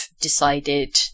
decided